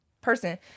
person